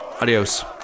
Adios